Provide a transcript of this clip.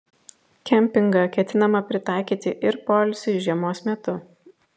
kempingą ketinama pritaikyti ir poilsiui žiemos metu